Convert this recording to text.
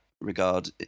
regard